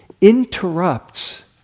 interrupts